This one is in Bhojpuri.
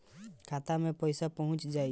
खाता मे पईसा पहुंच जाई